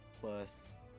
plus